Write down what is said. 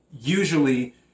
usually